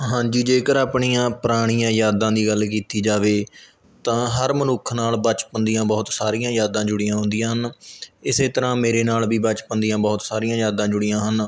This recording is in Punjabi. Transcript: ਹਾਂਜੀ ਜੇਕਰ ਆਪਣੀਆਂ ਪੁਰਾਣੀਆਂ ਯਾਦਾਂ ਦੀ ਗੱਲ ਕੀਤੀ ਜਾਵੇ ਤਾਂ ਹਰ ਮਨੁੱਖ ਨਾਲ਼ ਬਚਪਨ ਦੀਆਂ ਬਹੁਤ ਸਾਰੀਆਂ ਯਾਦਾਂ ਜੁੜੀਆਂ ਹੁੰਦੀਆਂ ਹਨ ਇਸੇ ਤਰ੍ਹਾਂ ਮੇਰੇ ਨਾਲ਼ ਵੀ ਬਚਪਨ ਦੀਆਂ ਬਹੁਤ ਸਾਰੀਆਂ ਯਾਦਾਂ ਜੁੜੀਆਂ ਹਨ